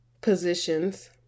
positions